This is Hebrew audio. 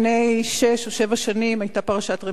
לפני שש או שבע שנים היתה בארץ פרשת "רמדיה",